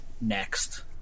next